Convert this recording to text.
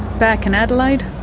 back in adelaide,